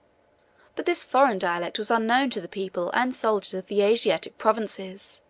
but this foreign dialect was unknown to the people and soldiers of the asiatic provinces,